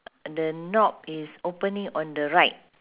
the knob is opening on the right